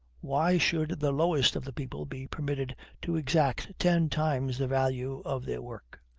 why should the lowest of the people be permitted to exact ten times the value of their work?